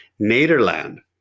Nederland